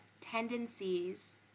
tendencies